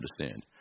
understand